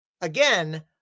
again